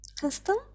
custom